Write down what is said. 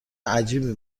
عجیبی